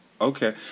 okay